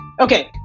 Okay